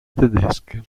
tedesche